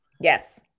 Yes